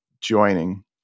joining